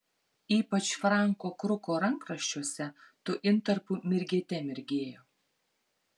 ypač franko kruko rankraščiuose tų intarpų mirgėte mirgėjo